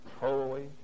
holy